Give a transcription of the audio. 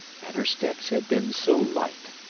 and her steps had been so light,